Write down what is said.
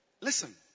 listen